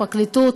הפרקליטות,